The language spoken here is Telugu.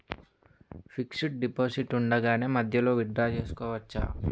ఫిక్సడ్ డెపోసిట్ ఉండగానే మధ్యలో విత్ డ్రా చేసుకోవచ్చా?